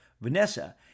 Vanessa